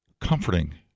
comforting